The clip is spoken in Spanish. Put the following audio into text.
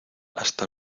hasta